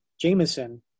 Jameson